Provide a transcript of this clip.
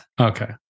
okay